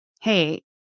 hey